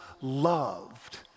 loved